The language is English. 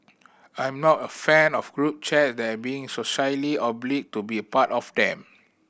I'm not a fan of group chat and being socially obliged to be part of them